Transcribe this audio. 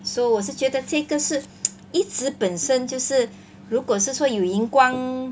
so 我是觉得这一个是 一直本身就是如果说有荧光